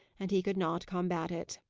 and he could not combat it.